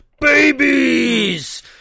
Babies